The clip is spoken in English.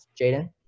Jaden